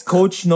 Coach